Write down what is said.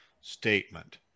statement